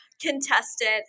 contestant